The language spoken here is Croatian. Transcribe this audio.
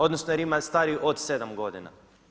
Odnosno jer ima stariji od 7 godina.